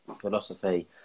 philosophy